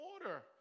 order